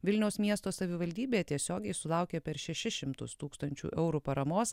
vilniaus miesto savivaldybė tiesiogiai sulaukė per šešis šimtus tūkstančių eurų paramos